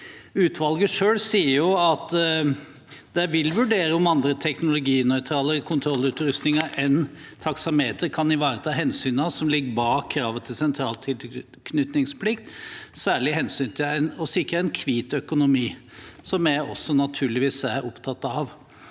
Utvalget selv sier at de vil vurdere om andre teknologinøytrale kontrollutrustninger enn taksameter kan ivareta hensynene som ligger bak kravet om sentraltilknytningsplikt, særlig hensynet til å sikre en hvit økonomi, som vi også naturligvis er opptatt av.